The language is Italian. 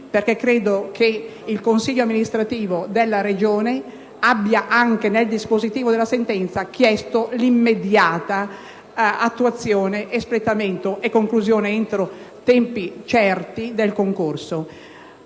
perché credo che il Consiglio di giustizia amministrativa della Regione Siciliana, anche nel dispositivo della sentenza, abbia chiesto immediata attuazione, espletamento e conclusione entro tempi certi del concorso.